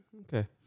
okay